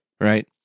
right